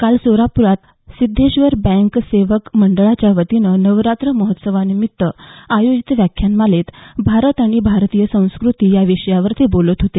काल सोलाप्रात सिध्देश्वर बँक सेवक मंडळाच्या वतीनं नवरात्र महोत्सवानिमित्त आयोजित व्याख्यानमालेत भारत आणि भारतीय संस्कृती या विषयावर ते बोलत होते